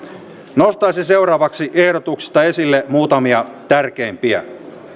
toteutumiseen nostaisin seuraavaksi ehdotuksista esille muutamia tärkeimpiä